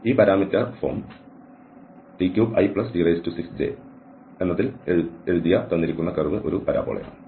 ഈ parameter form t3it6j ൽ എഴുതിയ തന്നിരിക്കുന്ന കർവ് ഒരു പരാബോളയാണ്